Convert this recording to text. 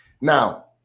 Now